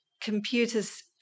Computers